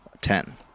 Ten